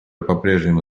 попрежнему